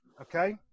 Okay